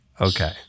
Okay